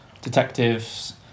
detectives